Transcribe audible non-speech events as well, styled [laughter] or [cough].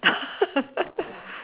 [laughs]